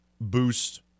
boost